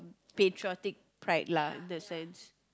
patriotic pride lah that's why